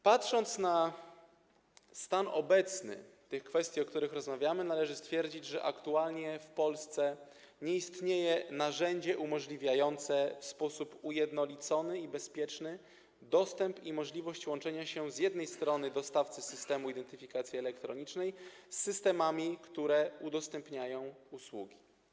Patrząc na stan obecny w tych kwestiach, o których rozmawiamy, należy stwierdzić, że aktualnie w Polsce nie istnieje narzędzie zapewniające ujednolicony i bezpieczny dostęp i możliwość łączenia się dostawcy systemu identyfikacji elektronicznej z systemami, które udostępniają usługi.